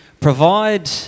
provide